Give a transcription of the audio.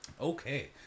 Okay